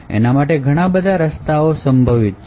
તો એના માટે ઘણા બધા રસ્તાઓ સંભવ છે